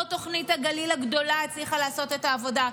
לא תוכנית הגליל הגדולה הצליחה לעשות את העבודה.